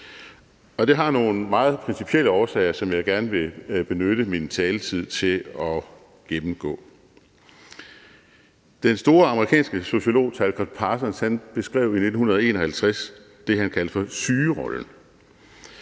det har nogle meget principielle årsager, som jeg gerne vil benytte min taletid til at gennemgå. Den store amerikanske sociolog Talcott Parsons beskrev i 1951 det, han kaldte for sygerollen.